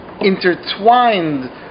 intertwined